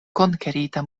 konkerita